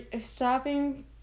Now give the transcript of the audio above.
Stopping